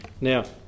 Now